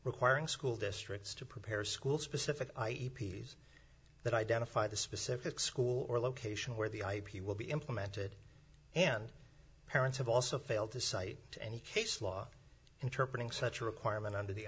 requiring school districts to prepare a school specific i e p s that identify the specific school or location where the ip will be implemented and parents have also failed to cite any case law interpret such a requirement under the